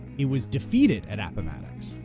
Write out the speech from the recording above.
it was defeated at appomattox,